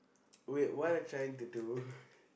wait what are trying to do